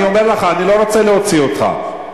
אני אומר לך, אני לא רוצה להוציא אותך.